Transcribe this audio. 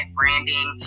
branding